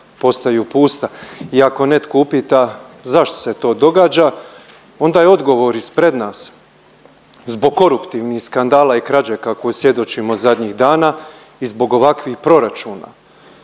i ako netko upita zašto se to događa, onda je odgovor ispred nas. Zbog koruptivnih skandala i krađe kakvoj svjedočimo zadnjih dana i zbog ovakvih proračuna.